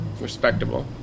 Respectable